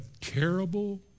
terrible